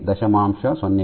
01 0